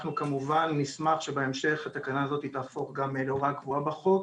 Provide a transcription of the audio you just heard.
אנחנו כמובן נשמח שבהמשך התקנה הזאת גם תהפוך להוראה קבועה בחוק.